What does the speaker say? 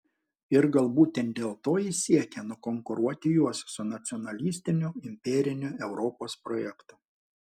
ir gal būtent dėl to jis siekia nukonkuruoti juos su nacionalistiniu imperiniu europos projektu